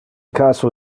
caso